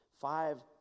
five